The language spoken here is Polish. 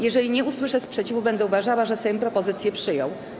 Jeżeli nie usłyszę sprzeciwu, będę uważała, że Sejm propozycję przyjął.